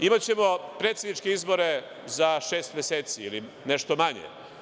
Imaćemo predsedničke izbore za šest meseci ili nešto manje.